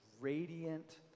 radiant